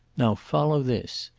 now, follow this.